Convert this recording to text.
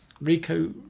Rico